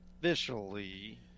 officially